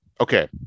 okay